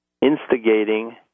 Instigating